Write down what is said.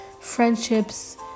friendships